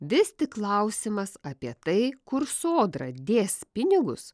vis tik klausimas apie tai kur sodra dės pinigus